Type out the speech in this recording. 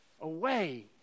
away